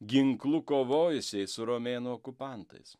ginklu kovojusiai su romėnų okupantais